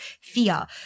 fear